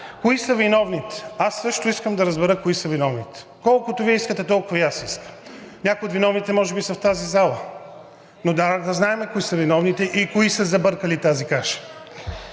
Кои са виновните? Аз също искам да разбера кои са виновните. Колкото Вие искате, толкова и аз искам. Някои от виновните може би са в тази зала, но трябва да знаем кои са виновните и кои са забъркали тази каша.